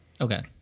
Okay